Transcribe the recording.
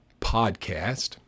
podcast